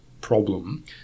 problem